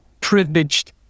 privileged